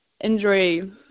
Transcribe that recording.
injury